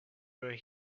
were